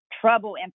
trouble